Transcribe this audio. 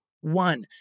one